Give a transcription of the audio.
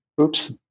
Oops